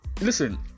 Listen